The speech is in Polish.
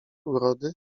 urody